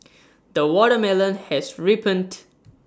the watermelon has ripened